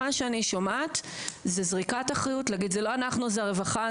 מה שאני שומעת זה זריקת אחריות להגיד: "זה לא אנחנו זה הרווחה.